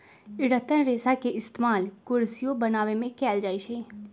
रतन रेशा के इस्तेमाल कुरसियो बनावे में कएल जाई छई